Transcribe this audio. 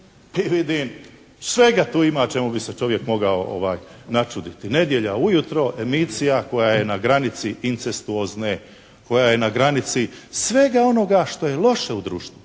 i vidim, svega tu ima o čemu bi se čovjek mogao načuditi. Nedjelja ujutro, emisija koja je na granici incestuozne, koja je na granici svega onoga što je loše u društvu.